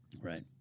Right